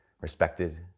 Respected